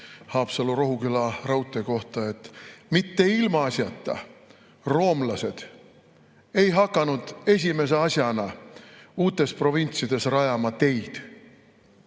Haapsalu-Rohuküla raudtee kohta, et mitte ilmaasjata roomlased ei hakanud esimese asjana uutes provintsides rajama teid.